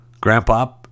grandpa